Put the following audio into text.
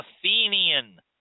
Athenian